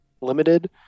limited